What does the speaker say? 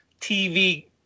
TV